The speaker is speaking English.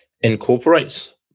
incorporates